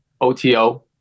oto